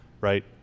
right